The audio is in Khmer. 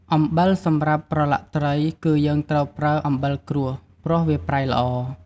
អំបិលសម្រាប់ប្រឡាក់ត្រី គឺយើងត្រូវប្រើអំបិលក្រួស ព្រោះវាប្រៃល្អ។